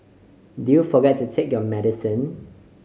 did you forget to take your medicine